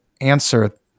answer